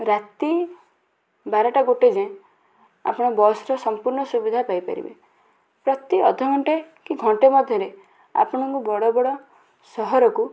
ରାତି ବାରଟା ଗୋଟେ ଯାଏଁ ଆପଣ ବସ୍ ର ସମ୍ପୂର୍ଣ୍ଣ ସୁବିଧା ପାଇପାରିବେ ପ୍ରତି ଅଧ ଘଣ୍ଟେ କି ଘଣ୍ଟେ ମଧ୍ୟରେ ଆପଣଙ୍କୁ ବଡ଼ ବଡ଼ ସହରକୁ